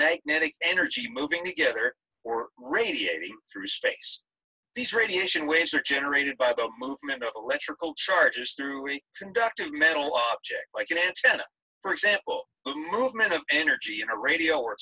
magnetic energy moving together or radiating through space these radiation waves are generated by the movement of electrical charges through a conductor metal object like an antenna for example movement of energy in a radio or